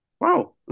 Wow